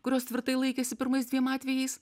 kurios tvirtai laikėsi pirmais dviem atvejais